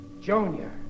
Junior